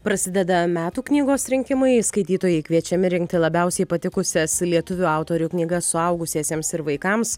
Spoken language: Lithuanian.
prasideda metų knygos rinkimai skaitytojai kviečiami rinkti labiausiai patikusias lietuvių autorių knygas suaugusiesiems ir vaikams